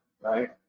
right